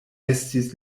estis